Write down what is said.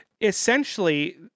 essentially